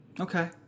Okay